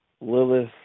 Lilith